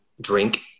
drink